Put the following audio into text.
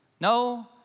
No